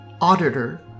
Auditor